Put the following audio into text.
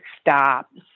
stops